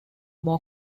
more